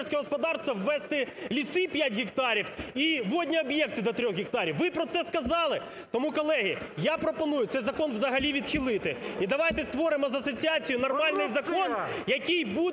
Ви про це сказали? Тому, колеги, я пропоную цей закон взагалі відхилити. І давайте створимо з асоціацією нормальний закон, який буде